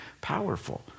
powerful